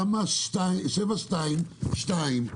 תמ"א 722,